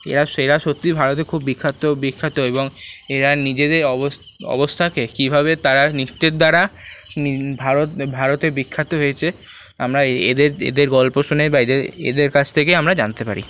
এরা সেরা সত্যিই ভারতে খুব বিখ্যাত বিখ্যাত এবং এরা নিজেদের অবস অবস্থাকে কীভাবে তারা নৃত্যের দ্বারা ভারতে ভারতে বিখ্যাত হয়েছে আমরা এদের এদের গল্প শুনে বা এদের এদের কাছ থেকে আমরা জানতে পারি